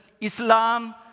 Islam